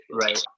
Right